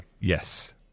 Yes